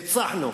ניצחנו: